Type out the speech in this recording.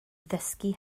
ddysgu